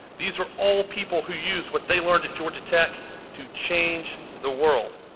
these are all people who used what they learned at georgia tech to change the world.